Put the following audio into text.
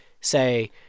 say